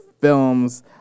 films